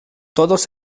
todos